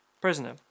Prisoner